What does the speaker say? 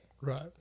Right